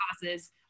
causes